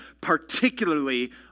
particularly